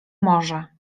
może